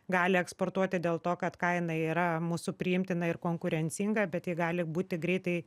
gali eksportuoti dėl to kad kaina yra mūsų priimtina ir konkurencinga bet ji gali būti greitai